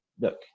look